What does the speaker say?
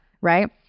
Right